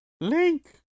Link